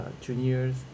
juniors